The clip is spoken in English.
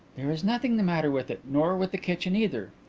there is nothing the matter with it, nor with the kitchen either.